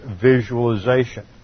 visualization